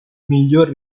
miglior